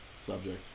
subject